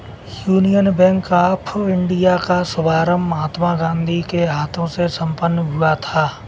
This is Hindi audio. यूनियन बैंक ऑफ इंडिया का शुभारंभ महात्मा गांधी के हाथों से संपन्न हुआ था